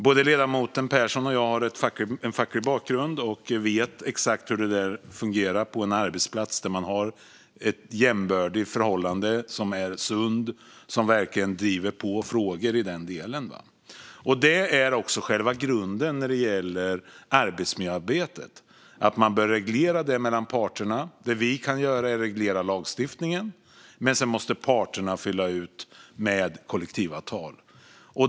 Både ledamoten Persson och jag har en facklig bakgrund och vet exakt hur det där fungerar på en arbetsplats där man har ett jämbördigt förhållande som är sunt och som verkligen driver på frågor. Detta är också själva grunden när det gäller arbetsmiljöarbetet. Man bör reglera det mellan parterna. Det vi kan göra är att reglera lagstiftningen, men sedan måste parterna fylla ut med kollektivavtal.